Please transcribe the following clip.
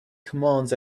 commands